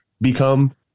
become